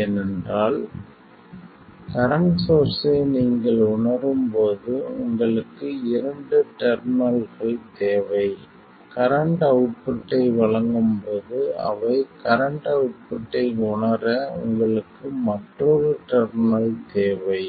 ஏனென்றால் கரண்ட் சோர்ஸ்ஸை நீங்கள் உணரும் போது உங்களுக்கு இரண்டு டெர்மினல்கள் தேவை கரண்ட் அவுட்புட்டை வழங்கும் போது அவை கரண்ட் அவுட்புட்டை உணர உங்களுக்கு மற்றொரு டெர்மினல் தேவை